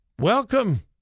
welcome